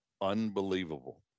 unbelievable